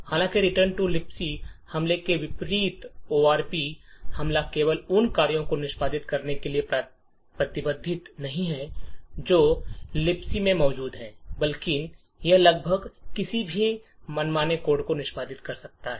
हालांकि return to libc हमले के विपरीत आरओपी हमला केवल उन कार्यों को निष्पादित करने के लिए प्रतिबंधित नहीं है जो लिबक में मौजूद हैं बल्कि यह लगभग किसी भी मनमाने कोड को निष्पादित कर सकता है